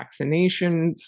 vaccinations